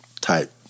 type